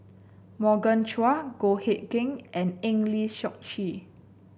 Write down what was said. Morgan Chua Goh Hood Keng and Eng Lee Seok Chee